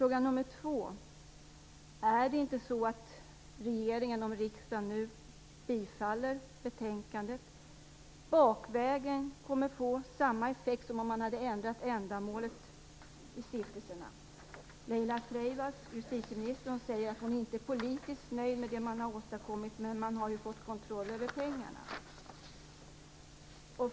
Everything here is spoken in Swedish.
Min andra fråga är: Är det inte så att regeringen, om riksdagen nu bifaller hemställan i betänkandet, bakvägen kommer att få samma effekt som om man hade ändrat ändamålet i stiftelserna? Justitieminister Laila Freivalds säger att hon inte är politiskt nöjd med det man har åstadkommit, men man har ju fått kontroll över pengarna.